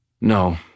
No